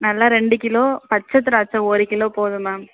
நல்லா ரெண்டு கிலோ பச்சை திராட்சை ஒரு கிலோ போதும் மேம்